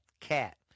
cat